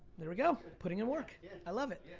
there we go, putting in work. yeah. i love it.